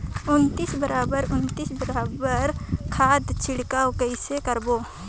उन्नीस बराबर उन्नीस बराबर उन्नीस खाद छिड़काव कइसे करबो?